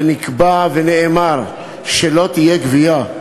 ונקבע ונאמר שלא תהיה גבייה.